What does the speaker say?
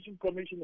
commission